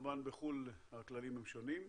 כמובן בחו"ל הכללים הם שונים.